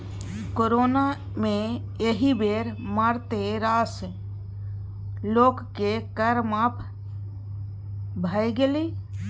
corona मे एहि बेर मारिते रास लोककेँ कर माफ भए गेलै